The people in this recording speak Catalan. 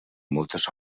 moltes